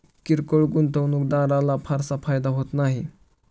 किरकोळ गुंतवणूकदाराला फारसा फायदा होत नाही